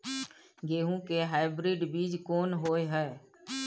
गेहूं के हाइब्रिड बीज कोन होय है?